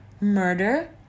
Murder